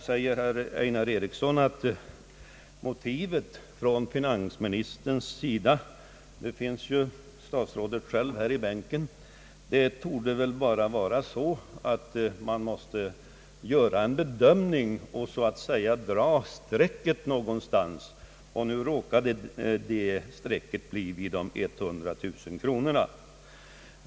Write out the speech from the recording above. Herr Einar Eriksson säger att finansministerns motiv — nu finns ju statsrådet själv här i bänken — torde vara att man måste göra en bedömning och dra gränsen någonstans. Nu råkade gränsen dras vid 100 000 kronor.